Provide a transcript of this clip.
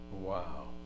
Wow